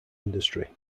industry